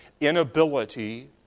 inability